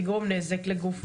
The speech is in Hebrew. לגרום נזק לגוף,